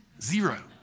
Zero